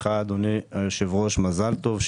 ולך אדוני היושב-ראש מזל טוב.